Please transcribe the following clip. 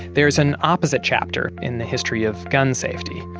there is an opposite chapter in the history of gun safety,